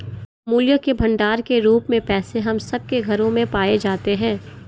मूल्य के भंडार के रूप में पैसे हम सब के घरों में पाए जाते हैं